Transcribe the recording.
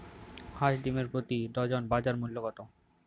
হাঁস ডিমের প্রতি ডজনে বাজার মূল্য কত?